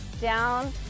Down